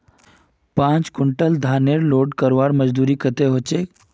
पाँच कुंटल धानेर लोड करवार मजदूरी कतेक होचए?